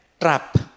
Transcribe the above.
trap